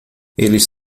eles